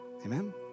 Amen